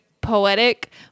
poetic